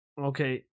Okay